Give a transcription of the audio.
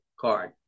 card